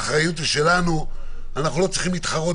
האחריות היא שלנו ואנחנו לא צריכים להתחרות